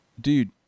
Dude